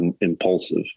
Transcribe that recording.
impulsive